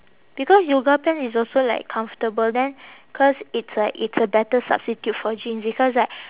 because yoga pants is also like comfortable then cause it's like it's a better substitute for jeans because like